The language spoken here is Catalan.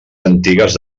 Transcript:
antigues